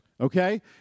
Okay